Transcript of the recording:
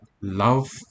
love